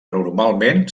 normalment